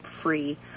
free